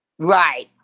Right